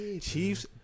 Chiefs